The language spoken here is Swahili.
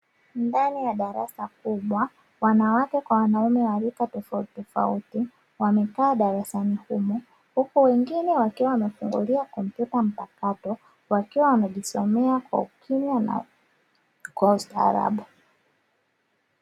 Ndani ya darasa kubwa, wanawake kwa wanaume wa rika tofautitofauti, wamekaa darasani humo. Huku wengine wakiwa wamefungulia kompyuta mpakato, wakiwa wanajisomea kwa ukimya na kwa ustaraarabu.